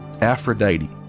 Aphrodite